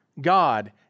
God